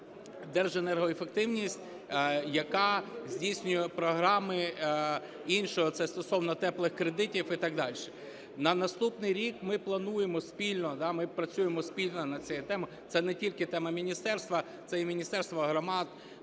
Держенергоефективність, яка здійснює програми інші, це стосовно "теплих кредитів" і так дальше. На наступний рік ми плануємо спільно, ми працюємо спільно над цією темою. Це не тільки тема міністерства, це і Міністерство громад,